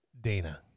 Dana